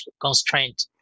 constraint